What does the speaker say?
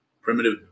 primitive